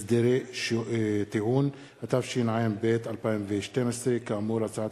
(הסדרי טיעון), התשע"ב 2012. תודה.